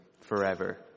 forever